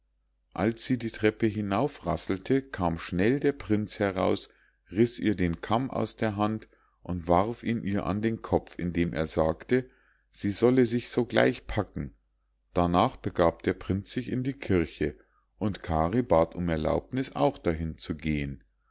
als sie die treppe hinaufrasselte kam schnell der prinz heraus riß ihr den kamm aus der hand und warf ihn ihr an den kopf indem er sagte sie solle sich sogleich packen darnach begab der prinz sich in die kirche und kari bat um erlaubniß auch dahin zu gehen